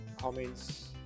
comments